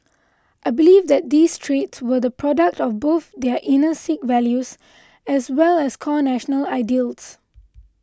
I believe that these traits were the product of both their inner Sikh values as well as core national ideals